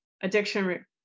addiction